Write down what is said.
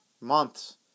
months